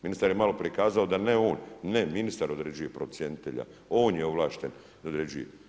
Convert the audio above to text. Ministar je malo prije kazao da ne on, ne ministar određuje procjenitelja, on je ovlašten da određuje.